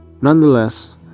nonetheless